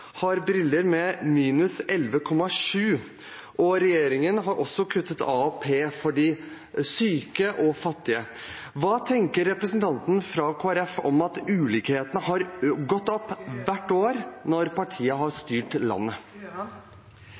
har briller med styrke minus 11,7. Regjeringen har også kuttet AAP for de syke og fattige. Hva tenker representanten fra Kristelig Folkeparti om at ulikhetene har gått opp hvert år partiet har styrt landet?